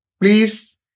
please